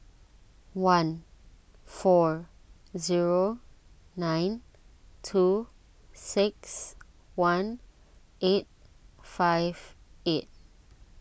one four zero nine two six one eight five eight